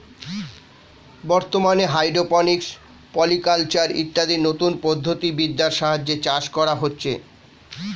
বর্তমানে hydroponics, polyculture ইত্যাদি নতুন প্রযুক্তি বিদ্যার সাহায্যে চাষ করা হচ্ছে